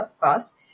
fast